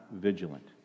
vigilant